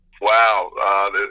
Wow